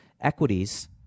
equities